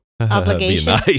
Obligation